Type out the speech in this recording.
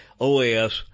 OAS